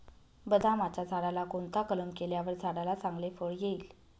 बदामाच्या झाडाला कोणता कलम केल्यावर झाडाला चांगले फळ येईल?